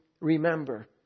remember